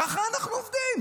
ככה אנחנו עובדים.